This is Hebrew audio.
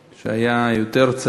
למשל אני זוכר את הבן שלי,